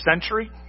century